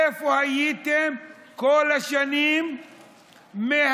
איפה הייתם כל השנים בבריאות,